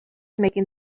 making